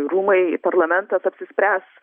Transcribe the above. rūmai parlamentas apsispręs